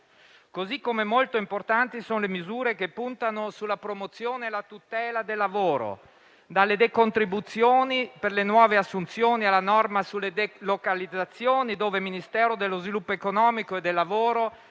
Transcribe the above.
Così come molto importanti sono le misure che puntano alla promozione e alla tutela del lavoro, dalle decontribuzioni per le nuove assunzioni, alla norma sulle delocalizzazioni, dove i Ministeri dello sviluppo economico e del lavoro